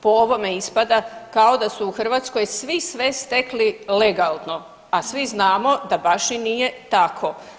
Po ovome ispada kao da su u Hrvatskoj svi sve stekli legalno, a svi znamo da baš i nije tako.